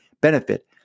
benefit